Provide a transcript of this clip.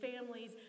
families